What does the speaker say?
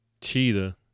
Cheetah